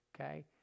okay